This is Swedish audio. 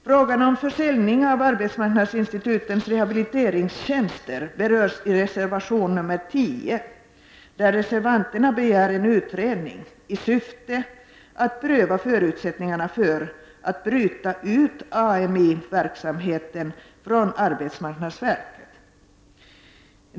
Frågan om försäljning av arbetsmarknadsinstitutens rehabiliteringstjänster berörs i reservation nr 10, där reservanterna begär en utredning i syfte att pröva förutsättningarna för att bryta ut Ami-verksamheten från arbetsmarknadsverket.